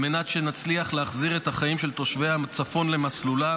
על מנת שנצליח להחזיר את החיים של תושבי הצפון למסלולם.